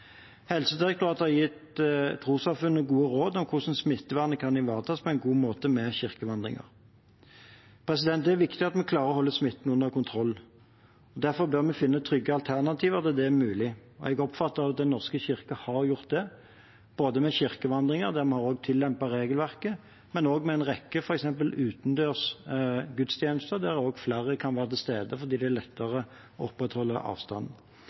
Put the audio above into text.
Helsedirektoratet har gitt trossamfunnene gode råd om hvordan smittevernet kan ivaretas på en god måte ved kirkevandringer. Det er viktig at vi klarer å holde smitten under kontroll. Derfor bør vi finne trygge alternativer der det er mulig. Jeg oppfatter at Den norske kirke har gjort det, både med kirkevandringer der vi har tillempet regelverket, og f.eks. med en rekke utendørs gudstjenester, der flere kan være til stede fordi det er lettere å opprettholde